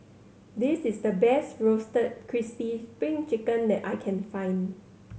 this is the best Roasted Crispy Spring Chicken that I can find